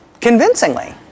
convincingly